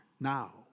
now